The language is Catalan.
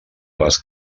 les